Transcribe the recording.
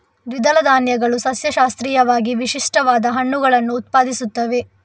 ದ್ವಿದಳ ಧಾನ್ಯಗಳು ಸಸ್ಯಶಾಸ್ತ್ರೀಯವಾಗಿ ವಿಶಿಷ್ಟವಾದ ಹಣ್ಣುಗಳನ್ನು ಉತ್ಪಾದಿಸುತ್ತವೆ